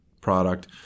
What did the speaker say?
product